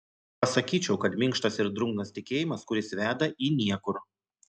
pasakyčiau kad minkštas ir drungnas tikėjimas kuris veda į niekur